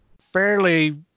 fairly